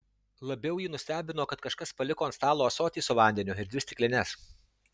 labiau jį nustebino kad kažkas paliko ant stalo ąsotį su vandeniu ir dvi stiklines